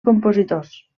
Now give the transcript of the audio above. compositors